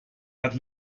hat